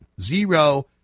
Zero